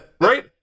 Right